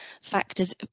factors